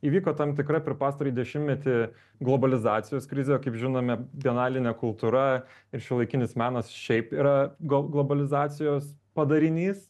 įvyko tam tikra per pastarąjį dešimtmetį globalizacijos krizė kaip žinome bienalinė kultūra ir šiuolaikinis menas šiaip yra glo globalizacijos padarinys